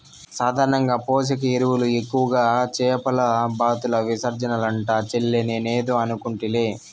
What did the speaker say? సాధారణంగా పోషక ఎరువులు ఎక్కువగా చేపల బాతుల విసర్జనలంట చెల్లే నేనేదో అనుకుంటిలే